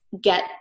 get